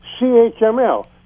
CHML